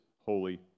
holy